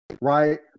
right